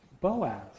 Boaz